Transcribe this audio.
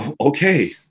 Okay